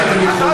אתם יכולים.